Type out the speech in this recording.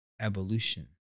evolution